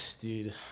Dude